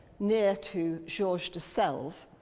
near to georges de selve,